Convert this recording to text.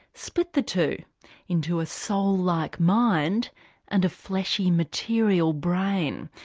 split the two into a soul-like mind and a fleshy, material brain?